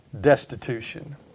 destitution